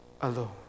alone